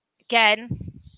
Again